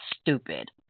stupid